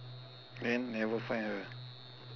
then never find her